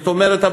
זאת אומרת,